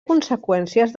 conseqüències